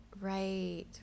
Right